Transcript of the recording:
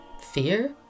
Fear